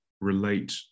relate